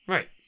Right